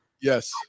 Yes